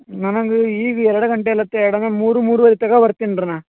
ನನಗೆ ಈಗ ಎರಡು ಗಂಟೆಯೆಲ್ಲ ತೇಡಂಗ ಮೂರು ಮೂರುವರೆ ತಗೋ ಬರ್ತಿನಿ ರೀ ನಾ